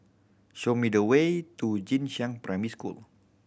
show me the way to Jing Shan Primary School